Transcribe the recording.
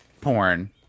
porn